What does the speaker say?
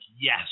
yes